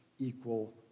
equal